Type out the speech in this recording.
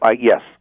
Yes